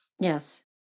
Yes